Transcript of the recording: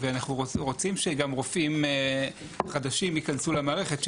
ואנחנו רוצים שגם רופאים חדשים ייכנסו למערכת.